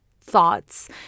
thoughts